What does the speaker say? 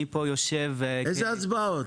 איזה הצבעות?